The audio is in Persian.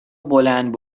بلند